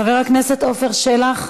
חבר הכנסת עפר שלח,